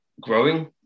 growing